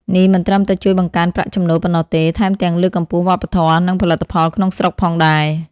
នេះមិនត្រឹមតែជួយបង្កើនប្រាក់ចំណូលប៉ុណ្ណោះទេ ថែមទាំងលើកកម្ពស់វប្បធម៌ និងផលិតផលក្នុងស្រុកផងដែរ។